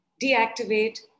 deactivate